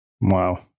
Wow